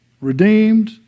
redeemed